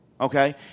Okay